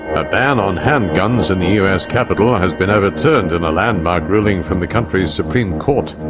a ban on handguns in the us capital has been overturned in a landmark ruling from the country's supreme court.